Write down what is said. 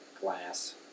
glass